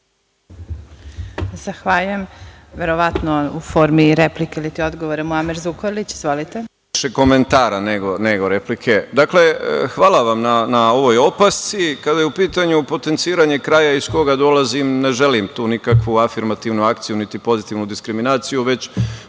Zahvaljujem. Verovatno u formi replike ili ti odgovora Muamer Zukorlić. Izvolite.